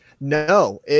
No